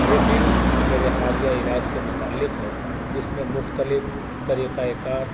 یہ بل میرے حالیہ علاج سے متعلق ہے اس میں مختلف طریقۂ کار